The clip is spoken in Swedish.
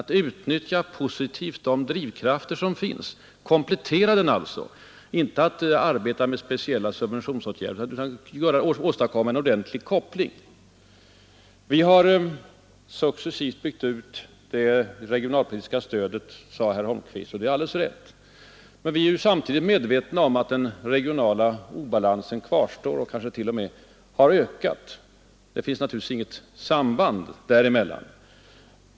Det gäller att positivt utnyttja de drivkrafter som finns och komplettera dem, inte att arbeta med speciella subventionsåtgärder. Vi har successivt byggt ut det regionalpolitiska stödet, sade herr Holmqvist. Och det är alldeles rätt. Men vi är ju samtidigt medvetna om att den regionala obalansen kvarstår och kanske t.o.m. har ökat. Det finns naturligtvis inget samband däremellan.